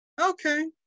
Okay